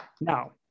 Now